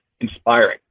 inspiring